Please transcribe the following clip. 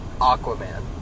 Aquaman